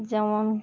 যেমন